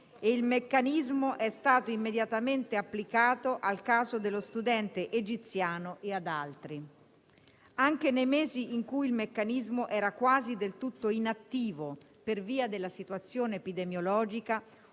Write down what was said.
e il meccanismo è stato immediatamente applicato al caso dello studente egiziano e ad altri. Anche nei mesi in cui il meccanismo era quasi del tutto inattivo per via della situazione epidemiologica,